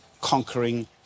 conquering